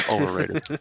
Overrated